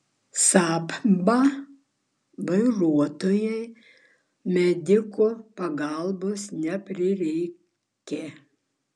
saab vairuotojai medikų pagalbos neprireikė